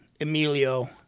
Emilio